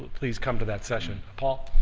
please come to that session. paul.